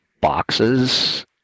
boxes